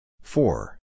Four